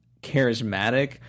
charismatic